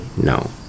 no